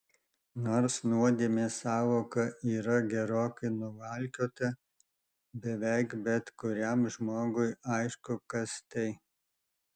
nors nuodėmės sąvoka yra gerokai nuvalkiota beveik bet kuriam žmogui aišku kas tai